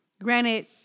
Granted